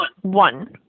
one